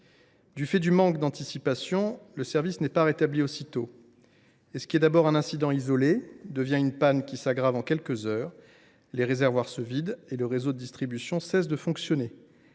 Du fait du manque d’anticipation, le service n’est pas rétabli aussitôt, et ce qui est d’abord un incident isolé devient une panne qui s’aggrave en quelques heures : les réservoirs se vident et le réseau de distribution cesse de fonctionner.